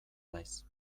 naiz